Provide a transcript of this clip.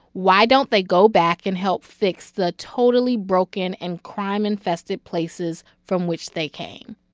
why don't they go back and help fix the totally broken and crime-infested places from which they came?